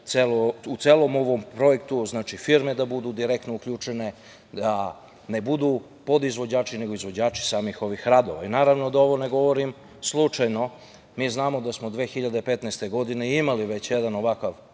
u celom ovom projektu. Znači, firme da budu direktno uključene, da ne budu podizvođači, nego izvođači samih ovih radova. Naravno da ovo ne govorim slučajno. Mi znamo da smo 2015. godine imali već jedan ovakav